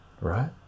right